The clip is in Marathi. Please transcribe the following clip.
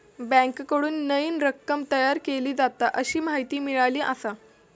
बँकेकडून नईन रक्कम तयार केली जाता, अशी माहिती मिळाली आसा